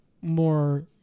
more